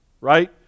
right